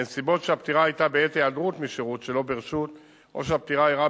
בנסיבות שהפטירה היתה בעת היעדרות משירות שלא ברשות או שהפטירה אירעה